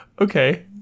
Okay